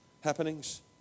Happenings